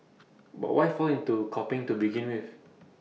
but why fall into copying to begin with